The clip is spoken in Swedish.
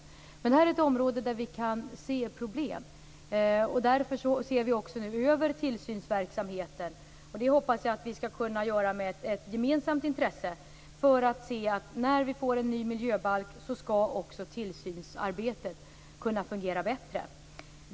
Men här är ett område där vi kan se problem. Därför skall vi nu också se över tillsynsverksamheten. Det hoppas jag att vi skall kunna göra med ett gemensamt intresse. I och med den nya miljöbalken skall också tillsynsarbetet kunna fungera bättre.